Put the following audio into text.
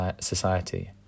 society